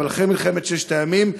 אבל אחרי מלחמת ששת הימים,